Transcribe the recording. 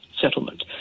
settlement